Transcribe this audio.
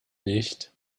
nicht